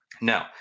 No